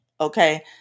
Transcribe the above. okay